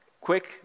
quick